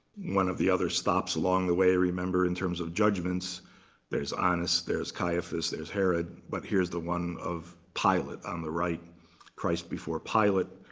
one of the other stops along the way, remember, in terms of judgments there's annas, there's caiaphas, there's herod. but here's the one of pilate on the right christ before pilate.